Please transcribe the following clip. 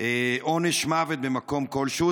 עונש מוות במקום כלשהו.